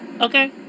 Okay